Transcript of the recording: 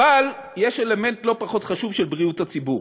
אלא גם על-פי המועצה הכלכלית וגם על-פי בנק ישראל.